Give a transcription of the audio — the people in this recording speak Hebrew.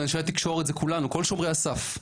אנשי התקשורת זה כולנו כל שומרי הסף,